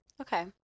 Okay